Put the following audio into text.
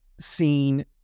seen